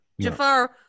Jafar